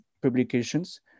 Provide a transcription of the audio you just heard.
publications